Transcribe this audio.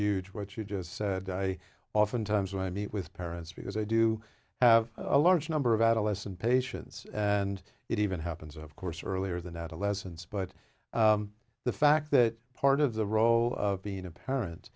huge what you just said i oftentimes when i meet with parents because i do have a large number of adolescent patients and it even happens of course earlier than adolescence but the fact that part of the role of being a parent